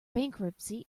bankruptcy